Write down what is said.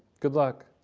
good luck.